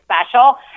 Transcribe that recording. special